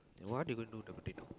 and what you gonna do with the potato